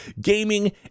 gaming